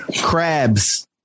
crabs